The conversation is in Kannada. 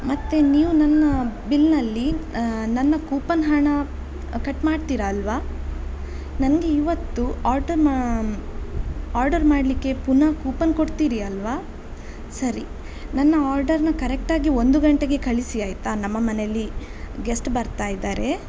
ಮತ್ತು ನೀವು ನನ್ನ ಬಿಲ್ನಲ್ಲಿ ನನ್ನ ಕೂಪನ್ ಹಣ ಕಟ್ ಮಾಡ್ತೀರ ಅಲ್ಲವಾ ನನಗೆ ಇವತ್ತು ಆರ್ಡರ್ ಮಾ ಆರ್ಡರ್ ಮಾಡಲಿಕ್ಕೆ ಪುನಃ ಕೂಪನ್ ಕೊಡ್ತೀರಿ ಅಲ್ಲವಾ ಸರಿ ನನ್ನ ಆರ್ಡರನ್ನ ಕರೆಕ್ಟಾಗಿ ಒಂದು ಗಂಟೆಗೆ ಕಳಿಸಿ ಆಯಿತಾ ನಮ್ಮ ಮನೇಲಿ ಗೆಸ್ಟ್ ಬರ್ತಾ ಇದ್ದಾರೆ